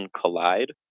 collide